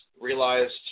realized